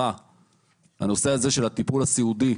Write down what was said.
הטיפול הסיעודי.